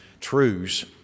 truths